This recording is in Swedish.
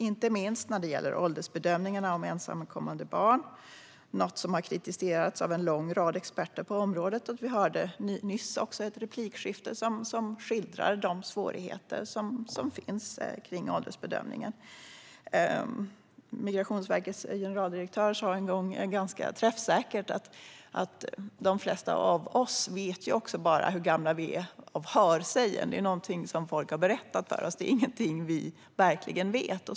Det gäller inte minst åldersbedömningarna av ensamkommande barn, något som har kritiserats av en lång rad experter på området. Vi hörde nyss i ett replikskifte en skildring av de svårigheter som finns med åldersbedömningar. Migrationsverkets generaldirektör sa en gång ganska träffsäkert att de flesta av oss vet hur gamla vi är bara från hörsägen. Det är någonting som folk har berättat för oss. Det är ingenting som vi verkligen vet.